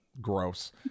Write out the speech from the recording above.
gross